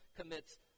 commits